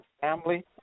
family